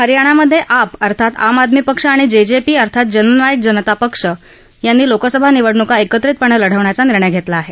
हरयाणामध्ये आप अर्थात आम आदमी पक्ष आणि जेजेपी अर्थात जननायक जनता पक्ष यांनी लोकसभा निवडणुका एकत्रितपणे लढवण्याचा निर्णय घेतला आहे